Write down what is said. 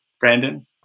Brandon